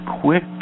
quick